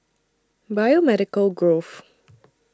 Biomedical Grove